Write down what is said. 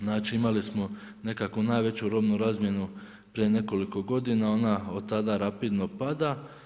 Znači imali smo nekako najveću robnu razmjenu prije nekoliko godina ona od tada rapidno pada.